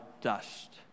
dust